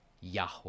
Yahweh